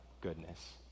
goodness